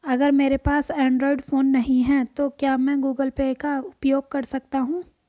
अगर मेरे पास एंड्रॉइड फोन नहीं है तो क्या मैं गूगल पे का उपयोग कर सकता हूं?